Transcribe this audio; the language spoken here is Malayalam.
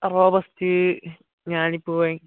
റോബസ്റ്റ് ഞാലിപ്പൂവൻ